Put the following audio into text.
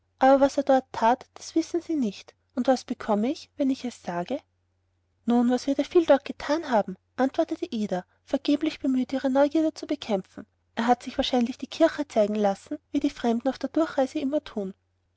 was er dort tat das wissen sie nicht und was bekomme ich wenn ich es sage nun was wird er viel dort getan haben antwortete ida vergeblich bemüht ihre neugierde zu bekämpfen er hat sich wahrscheinlich die kirche zeigen lassen wie die fremden auf der durchreise immer tun